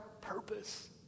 purpose